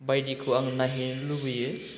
बायदिखौ आं नायहैनो लुबैयो